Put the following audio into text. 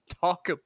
talk